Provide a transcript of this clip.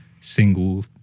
single